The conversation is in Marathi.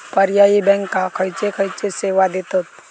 पर्यायी बँका खयचे खयचे सेवा देतत?